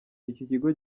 ikigo